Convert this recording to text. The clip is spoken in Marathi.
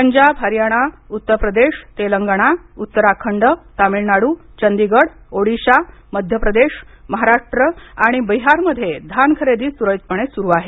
पंजाब हरियाणा उत्तर प्रदेश तेलंगणा उत्तराखंड तामिळनाडू चंदीगड ओडीशा मध्य प्रदेश महाराष्ट्र आणि बिहार मध्ये धान खरेदी सुरळीतपणे सुरू आहे